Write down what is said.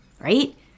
right